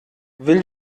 will